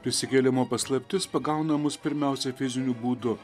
prisikėlimo paslaptis pagauna mus pirmiausia fiziniu būdu